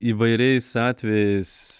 įvairiais atvejais